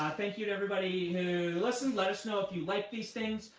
thank you to everybody who listened. let us know if you like these things.